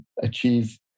achieve